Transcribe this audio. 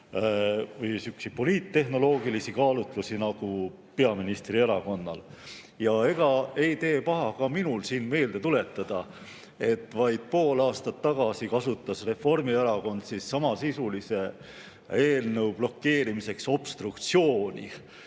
sihukesi poliittehnoloogilisi kaalutlusi nagu peaministrierakonnal. Ega ei tee paha, kui ka mina siin meelde tuletan, et vaid pool aastat tagasi kasutas Reformierakond samasisulise eelnõu blokeerimiseks obstruktsiooni,